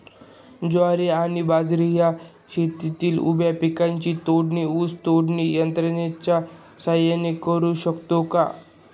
ज्वारी आणि बाजरी या शेतातील उभ्या पिकांची तोडणी ऊस तोडणी यंत्राच्या सहाय्याने करु शकतो का?